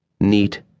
neat